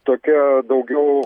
tokia daugiau